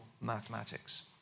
mathematics